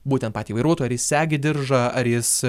būtent patį vairuotoją ar jis segi diržą ar jis